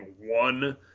one